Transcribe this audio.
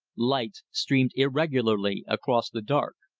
lights streamed irregularly across the dark.